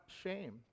shame